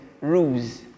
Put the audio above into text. rules